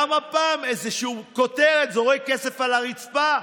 גם הפעם איזושהי כותרת, זורק כסף על הרצפה,